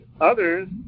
others